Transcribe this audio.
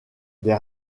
des